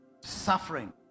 suffering